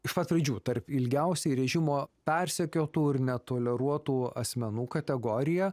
iš pat pradžių tarp ilgiausiai režimo persekiotų ir netoleruotų asmenų kategoriją